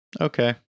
Okay